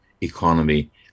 economy